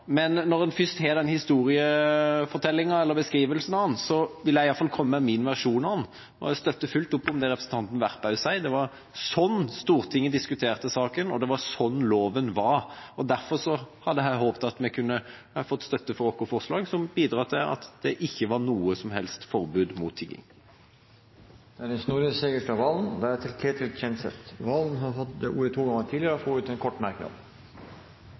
historiefortellinga, eller beskrivelsen av saken, vil jeg i hvert fall komme med min versjon av den. Jeg støtter fullt opp om det representanten Werp også sier. Det var slik Stortinget diskuterte saken, og det var slik loven var. Derfor hadde jeg her håpet at vi kunne fått støtte for vårt forslag, som ville bidratt til at det ikke ble noe som helst forbud mot tigging. Representanten Snorre Serigstad Valen har hatt ordet to ganger tidligere og får ordet til en kort merknad,